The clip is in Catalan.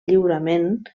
lliurament